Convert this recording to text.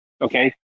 okay